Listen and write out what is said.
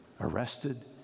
arrested